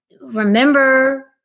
remember